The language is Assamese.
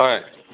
হয়